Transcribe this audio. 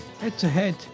head-to-head